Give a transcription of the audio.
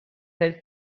said